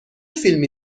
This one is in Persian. فیلمی